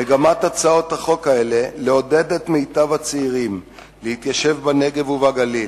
מגמת הצעות החוק האלה לעודד את מיטב הצעירים להתיישב בנגב ובגליל,